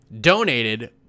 donated